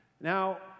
Now